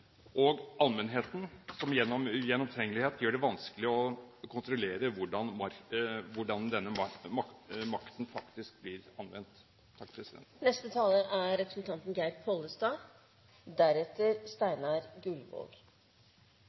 og allmennheten at det er ugjennomtrengelighet som gjør det vanskelig å kontrollere hvordan denne makten faktisk blir anvendt.